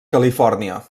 califòrnia